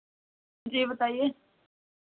जी बताइए